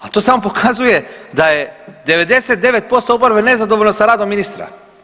Ali to samo pokazuje da je 99% oporbe nezadovoljno sa radom ministra.